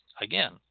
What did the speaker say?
again